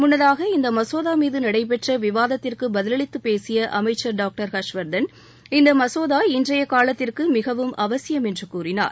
முன்னதாக இந்த மசோதா மீது நடைபெற்ற விவாதத்திற்கு பதிலளித்துப் பேசிய அமைச்சர் டாக்டர் ஹர்ஷ்வர்தன் இந்த மசோதா இன்றைய காலத்திற்கு மிகவும் அவசியம் என்று கூறினார்